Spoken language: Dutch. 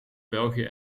belgië